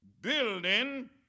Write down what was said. building